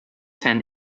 ten